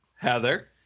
heather